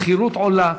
השכירות עולה,